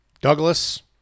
Douglas